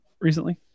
recently